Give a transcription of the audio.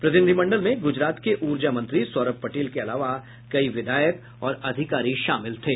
प्रतिनिधिमंडल ने गुजरात के ऊर्जा मंत्री सौरभ पटेल के अलावा कई विधायक और अधिकारी शामिल थे